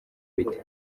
bite